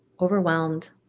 overwhelmed